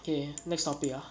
okay next topic ah